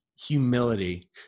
humility